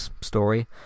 story